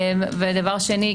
ודבר שני,